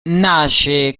nasce